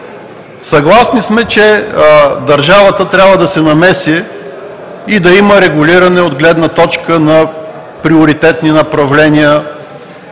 съгласни, че държавата трябва да се намеси и да има регулиране от гледна точка на приоритетни направления,